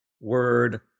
word